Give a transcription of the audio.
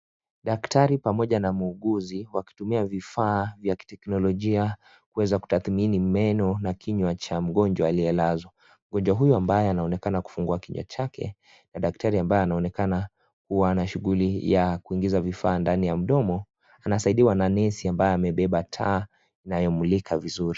Daktari pamoja na muuguzi wakitumia vifaa vya kitechnologia kuweza kutadhimini meno na kinywa cha mgonjwa aliyelazwa. Mgonjwa huyu ambaye anaonekana kufungua kinywa chake na daktari ambaye anaonekana kuwa na shuguli ya kuingiza vifaa ndani ya mdomo anasaidiwa na nesi ambaye amebeba taa inayomlika vizuri.